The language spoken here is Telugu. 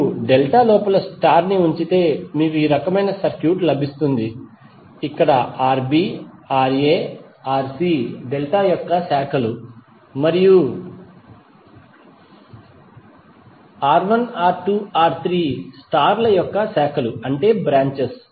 మీరు డెల్టా లోపల స్టార్ ని ఉంచితే మీకు ఈ రకమైన సర్క్యూట్ లభిస్తుంది ఇక్కడ Rb Ra Rc డెల్టా యొక్క బ్రాంచ్ లు మరియు R1 R2 R3 స్టార్ ల బ్రాంచ్ లు